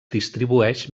distribueix